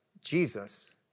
Jesus